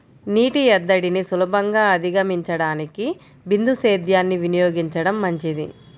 నీటి ఎద్దడిని సులభంగా అధిగమించడానికి బిందు సేద్యాన్ని వినియోగించడం మంచిది